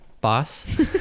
boss